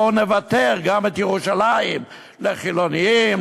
בואו נבתר גם את ירושלים לחילונים,